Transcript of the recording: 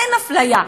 אין אפליה.